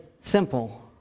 simple